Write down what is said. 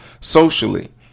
socially